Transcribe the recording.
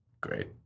Great